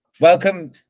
welcome